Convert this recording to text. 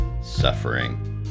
suffering